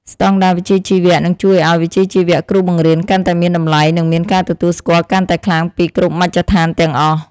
ស្តង់ដារវិជ្ជាជីវៈនឹងជួយឱ្យវិជ្ជាជីវៈគ្រូបង្រៀនកាន់តែមានតម្លៃនិងមានការទទួលស្គាល់កាន់តែខ្លាំងពីគ្រប់មជ្ឈដ្ឋានទាំងអស់។